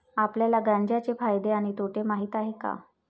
आपल्याला गांजा चे फायदे आणि तोटे माहित आहेत का?